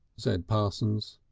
said parsons.